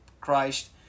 Christ